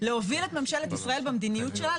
להוביל את ממשלת ישראל במדיניות שלה,